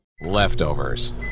Leftovers